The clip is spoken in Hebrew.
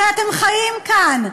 אתם הרי חיים כאן.